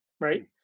right